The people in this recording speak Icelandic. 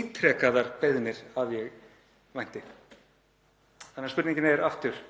ítrekaðar beiðnir að ég vænti? Spurningin er því aftur: